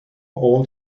old